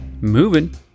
Moving